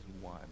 one